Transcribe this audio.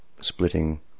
splitting